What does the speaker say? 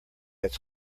its